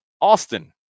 Austin